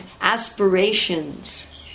aspirations